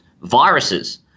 viruses